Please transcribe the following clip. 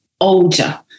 older